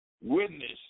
witness